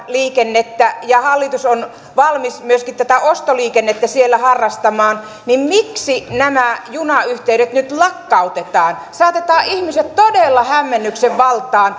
liikennettä ja hallitus on valmis myöskin tätä ostoliikennettä siellä harrastamaan niin miksi nämä junayhteydet nyt lakkautetaan saatetaan ihmiset todella hämmennyksen valtaan